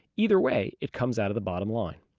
either way, it comes out of the bottom line.